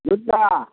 जुत्ता